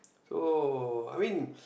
so I mean